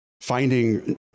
Finding